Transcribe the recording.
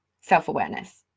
self-awareness